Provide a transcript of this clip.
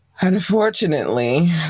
Unfortunately